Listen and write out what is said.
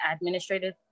administrative